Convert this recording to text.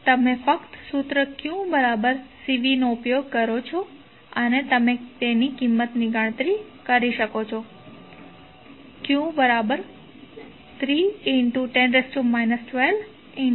તમે ફક્ત સૂત્ર q Cv નો ઉપયોગ કરો છો અને તમે તેની કિંમતની ગણતરી કરી શકો છો q310 122060 pC